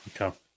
Okay